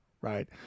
right